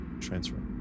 transfer